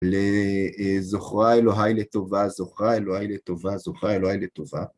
לזוכרה אלוהי לטובה, זוכרה אלוהי לטובה, זוכרה אלוהי לטובה.